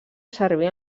servir